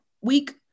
week